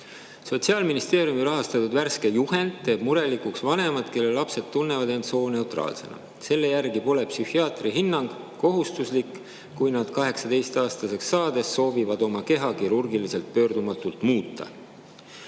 "Sotsiaalministeeriumi rahastatud värske juhend teeb murelikuks vanemad, kelle lapsed tunnevad end sooneutraalsena. Selle järgi pole psühhiaatri hinnang kohustuslik, kui nad 18aastaseks saades soovivad oma keha kirurgiliselt pöördumatult muuta."